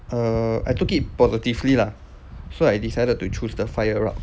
err I took it positively lah so I decided to choose the five year route